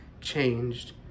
changed